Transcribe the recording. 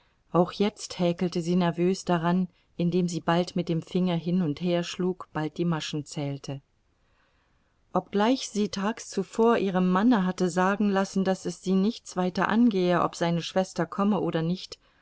auch jetzt häkelte sie nervös daran indem sie bald mit dem finger hin und her schlug bald die maschen zählte obgleich sie tags zuvor ihrem manne hatte sagen lassen daß es sie nichts weiter angehe ob seine schwester komme oder nicht